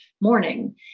morning